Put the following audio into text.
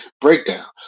breakdown